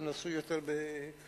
הם נעשו יותר בקולניות,